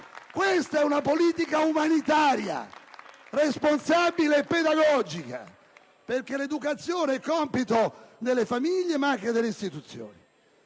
Questa è una politica umanitaria, responsabile e pedagogica, perché l'educazione è compito delle famiglie, ma anche delle istituzioni.